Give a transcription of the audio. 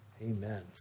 Amen